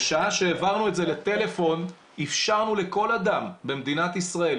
בשעה שהעברנו את זה לטלפון אפשרנו לכול אדם במדינת ישראל,